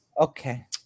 Okay